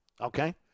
okay